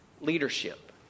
leadership